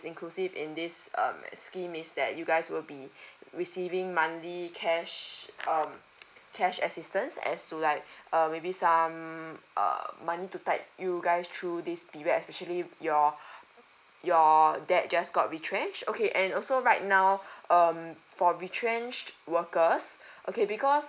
inclusive in this um scheme is that you guys will be receiving monthly cash um cash assistance as to like uh maybe some uh money to guide you guys through this period especially your your dad just got retrenched okay and also right now um for retrenched workers okay because